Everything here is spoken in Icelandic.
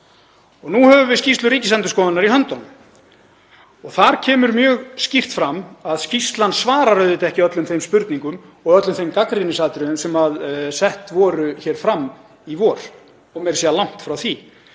Nú höfum við skýrslu Ríkisendurskoðunar í höndunum og þar kemur mjög skýrt fram að hún svarar ekki öllum þeim spurningum og öllum þeim gagnrýnisatriðum sem sett voru fram í vor og meira að segja langt frá því.